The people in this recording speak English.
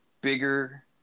bigger